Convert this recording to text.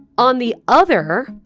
on the other,